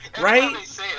Right